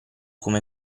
come